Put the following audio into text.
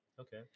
Okay